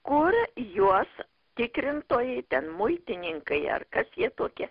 kur juos tikrintojai ten muitininkai ar kas jie tokie